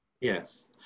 Yes